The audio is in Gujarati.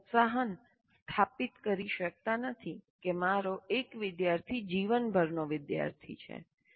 તમે પ્રોત્સાહન સ્થાપિત કરી શકતા નથી કે મારો એક વિદ્યાર્થી જીવનભરનો વિદ્યાર્થી છે